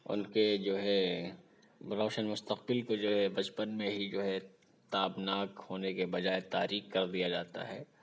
ان کے جو ہے روشن مستقبل کو جو ہے بچپن میں ہی جو ہے تابناک ہونے کے بجائے تاریک کر دیا جاتا ہے